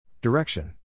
Direction